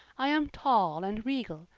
i am tall and regal,